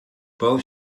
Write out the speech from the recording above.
both